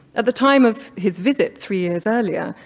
at the time of his visit, three years earlier,